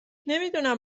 نمیدونم